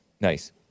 Nice